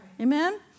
Amen